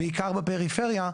בעיקר בפריפריה.